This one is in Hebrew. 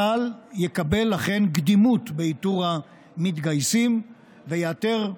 צה"ל יקבל לכן קדימות באיתור מתגייסים ויאתר,